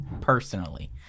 Personally